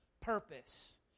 purpose